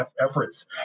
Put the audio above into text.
efforts